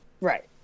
Right